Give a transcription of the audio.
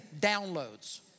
downloads